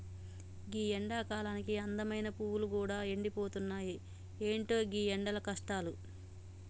గీ ఎండకాలానికి అందమైన పువ్వులు గూడా ఎండిపోతున్నాయి, ఎంటో గీ ఎండల కష్టాలు